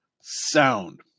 sound